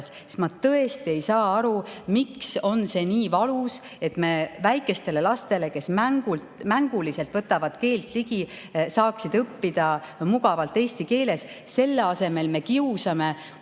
ma tõesti ei saa aru, miks on see nii valus, et väikesed lapsed, kes mänguliselt võtavad keelt ligi, saaksid õppida mugavalt eesti keeles. Selle asemel me kiusame